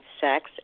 sex